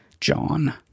John